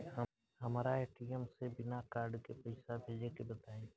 हमरा ए.टी.एम से बिना कार्ड के पईसा भेजे के बताई?